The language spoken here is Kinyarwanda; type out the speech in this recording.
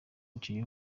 umukinnyi